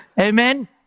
Amen